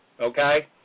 Okay